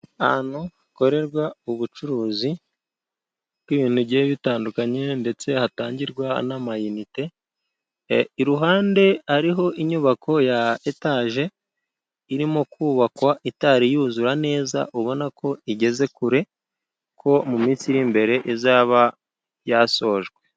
Ahantu hakorerwa ubucuruzi bw'ibintu bigiye bitandukanye ndetse hatangirwa n'ama inite, iruhande ariho inyubako ya etaje irimo kubakwa itari yuzura neza ubona ko igeze kure, ko mu minsi iri imbere izaba yasojwe.